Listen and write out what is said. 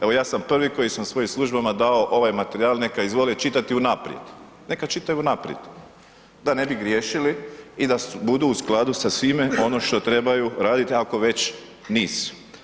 Evo ja sam prvi koji sam svojim službama dao ovaj materijal neka izvole čitati unaprijed, neka čitaju unaprijed da ne bi griješili i da budu u skladu sa svime ono što trebaju raditi ako već nisu.